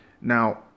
Now